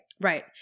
Right